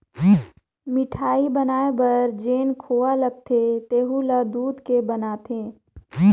मिठाई बनाये बर जेन खोवा लगथे तेहु ल दूद के बनाथे